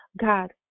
God